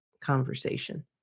conversation